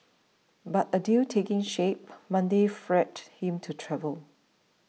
but a deal taking shape Monday freed him to travel